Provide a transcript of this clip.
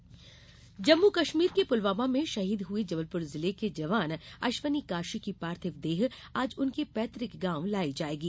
पुलवामा शहीद जम्मू कश्मीर के पुलवामा में शहीद हए जबलपुर जिले के जवान अश्विनी काछी की पार्थिव देह आज उनके पैतृक गॉव लाई जायेगी